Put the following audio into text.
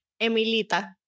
Emilita